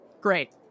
great